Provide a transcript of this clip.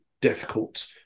difficult